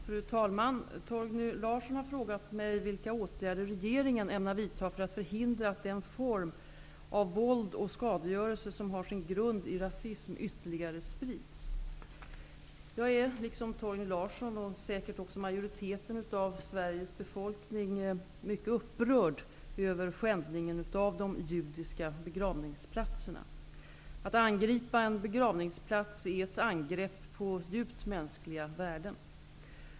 Fru talman! Torgny Larsson har frågat mig vilka åtgärder regeringen ämnar vidta för att förhindra att den form av våld och skadegörelse som har sin grund i rasism ytterligare sprids. Jag är, liksom Torgny Larsson och säkert majoriteten av Sveriges befolkning, mycket upprörd över skändningen av de judiska begravningsplatserna. Att angripa en begravningsplats är ett angrepp på djupt mänskliga värden.